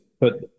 put